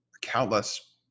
countless